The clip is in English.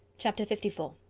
chapter fifty four